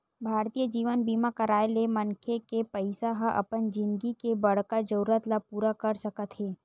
भारतीय जीवन बीमा कराय ले मनखे के पइसा ह अपन जिनगी के बड़का जरूरत ल पूरा कर सकत हे